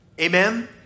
Amen